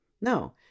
No